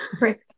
Right